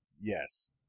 Yes